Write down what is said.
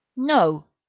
no!